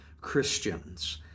Christians